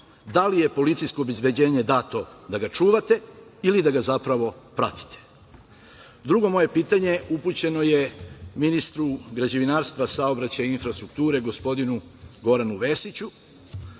da li je policijsko obezbeđenje dato da ga čuvate ili da ga zapravo pratite? Drugo moje pitanje upućeno je ministru građevinarstva, saobraćaja i infrastrukture, gospodinu Goranu Vesiću. Naime,